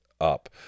up